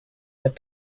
that